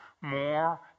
more